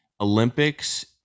Olympics